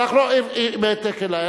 שלח לו עם העתק אלי.